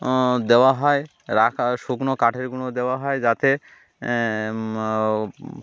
দেওয়া হয় রাখা শুকনো কাঠের গুঁড়ো দেওয়া হয় যাতে